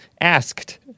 Asked